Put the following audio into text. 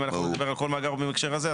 אם אנחנו נדבר על כל מאגר בהקשר הזה,